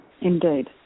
Indeed